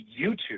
YouTube